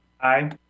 Aye